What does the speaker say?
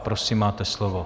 Prosím, máte slovo.